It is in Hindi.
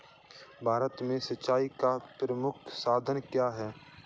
भारत में सिंचाई का प्रमुख साधन क्या है?